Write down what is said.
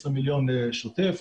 20 מיליון שותף,